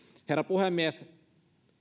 herra puhemies